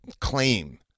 claim